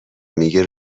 میگه